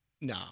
No